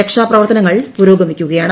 രക്ഷാ പ്രവർത്തനങ്ങൾ പുരോഗമിക്കുകയാണ്